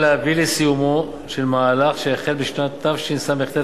להביא לסיומו של מהלך שהחל בשנת תשס"ט,